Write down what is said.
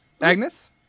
Agnes